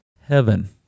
heaven